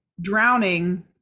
drowning